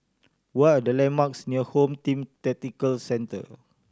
what are the landmarks near Home Team Tactical Centre